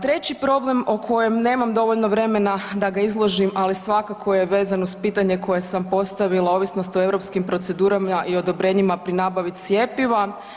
Treći problem o kojem nemam dovoljno vremena da ga izložim, ali svakako je vezano uz pitanje koje sam postavila ovisnost o europskim procedurama i odobrenjima pri nabavi cjepiva.